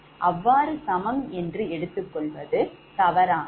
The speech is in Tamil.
அவ்வாறு சமம் என்று எடுத்துக் கொள்வது தவறானது